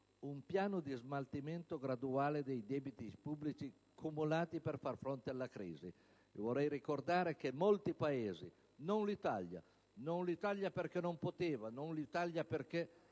un piano di smaltimento graduale dei debiti pubblici accumulatisi per far fronte alla crisi. Vorrei ricordare che la gran parte dei Paesi d'Europa (non l'Italia, perché non poteva; non l'Italia, perché